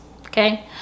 okay